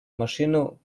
машину